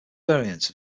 variants